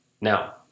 Now